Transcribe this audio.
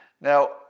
Now